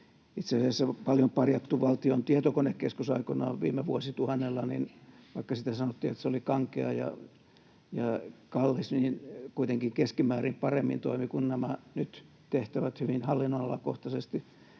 Itse asiassa paljon parjattu Valtion tietokonekeskus aikoinaan, viime vuosituhannella — vaikka siitä sanottiin, että se oli kankea ja kallis — toimi keskimäärin paremmin kuin nämä nyt hyvin hallinnonalakohtaisesti,